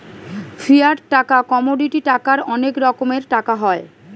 fiat টাকা, commodity টাকার অনেক রকমের টাকা হয়